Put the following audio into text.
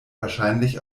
wahrscheinlich